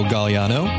Galliano